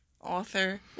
author